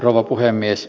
rouva puhemies